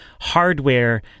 hardware